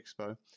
Expo